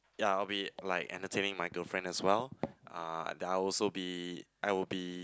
ya I would be like entertaining my girlfriend as well uh I will also be I will be